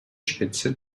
spitze